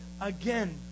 again